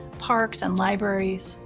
parks, and libraries.